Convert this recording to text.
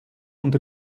und